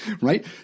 Right